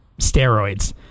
steroids